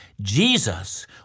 Jesus